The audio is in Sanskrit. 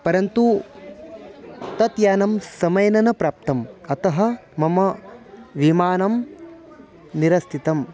परन्तु तत् यानं समयेन न प्राप्तम् अतः मम विमानं निरस्थितम्